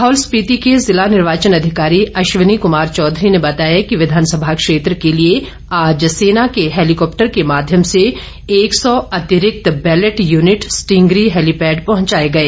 लाहौल स्पिति के जिला निर्वाचन अधिकारी अश्विनी कुमार चौधरी ने बताया कि विधानसभा क्षेत्र के लिए आज सेना के हैलीकॉप्टर के माध्यम से एक सौ अतिरिक्त बैलेट यूनिट स्टींगरी हैलीपैड पहुंचाए गए